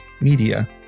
media